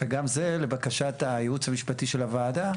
גם זה לבקשת הייעוץ המשפטי של הוועדה,